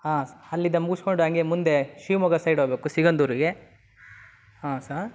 ಹಾಂ ಸ್ ಅಲ್ಲಿಂದ ಮುಗ್ಸ್ಕೊಂಡು ಹಾಗೇ ಮುಂದೆ ಶಿವಮೊಗ್ಗ ಸೈಡ್ ಹೋಗಬೇಕು ಸಿಗಂಧೂರಿಗೆ ಹಾಂ ಸಾರ್